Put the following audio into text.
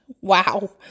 Wow